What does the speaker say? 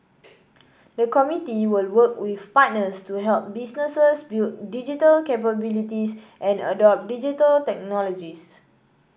the committee will work with partners to help businesses build digital capabilities and adopt Digital Technologies